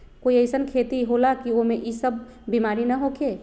कोई अईसन खेती होला की वो में ई सब बीमारी न होखे?